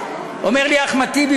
אומר לי אחמד טיבי,